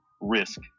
risk